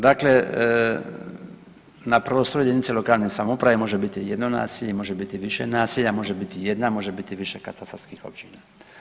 Dakle, na prostoru jedinice lokalne samouprave može biti jedno naselje i može biti jedno naselja, može biti jedna, može biti više katastarskih općina.